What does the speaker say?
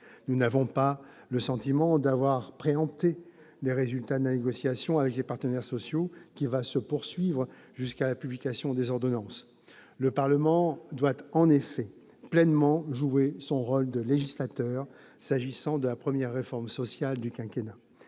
Nous n'avons pas le sentiment d'avoir préempté les résultats de la négociation avec les partenaires sociaux, qui va se poursuivre jusqu'à la publication des ordonnances. Le Parlement doit en effet pleinement jouer son rôle de législateur s'agissant de la première réforme sociale du quinquennat.